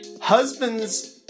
Husbands